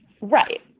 right